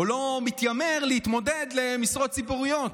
או לא מתיימר להתמודד למשרות ציבוריות.